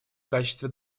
качестве